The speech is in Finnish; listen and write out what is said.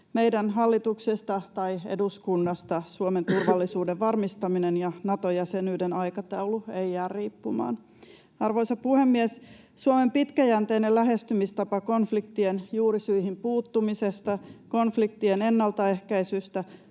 Meidän hallituksesta tai eduskunnasta Suomen turvallisuuden varmistaminen ja Nato-jäsenyyden aikataulu ei jää riippumaan. Arvoisa puhemies! Suomen pitkäjänteinen lähestymistapa konfliktien juurisyihin puuttumisesta, konfliktien ennaltaehkäisystä,